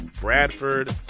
Bradford